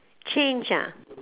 change ah